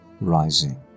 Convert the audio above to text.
rising